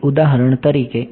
તેથી ઉદાહરણ તરીકે